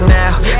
now